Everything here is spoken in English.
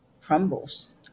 crumbles